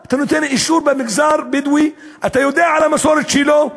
אתה נותן אישור במגזר בדואי כשאתה יודע על המסורת שלו?